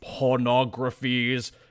Pornographies